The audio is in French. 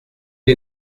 est